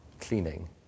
cleaning